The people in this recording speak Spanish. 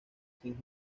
sin